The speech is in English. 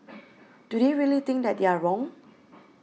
do they really think that they are wrong